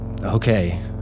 Okay